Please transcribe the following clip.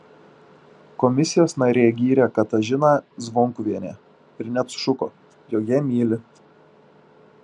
komisijos narė gyrė katažiną zvonkuvienę ir net sušuko jog ją myli